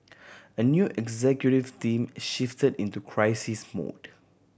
a new executive team shifted into crisis mode